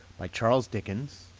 by charles dickens